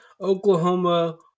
Oklahoma